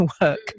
work